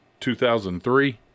2003